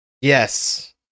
Yes